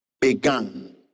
began